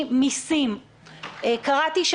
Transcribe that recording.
תשמע, מעט מדי, מאוחר מדי, ואני אתחיל בסוף.